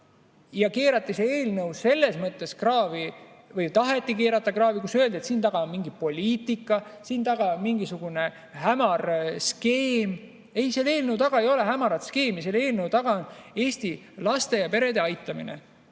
ja keerati see eelnõu kraavi või taheti seda keerata kraavi, öeldes, et siin taga on mingi poliitika, siin taga on mingisugune hämar skeem. Ei, selle eelnõu taga ei ole hämarat skeemi, selle eelnõu taga on Eesti laste ja perede aitamine.